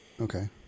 Okay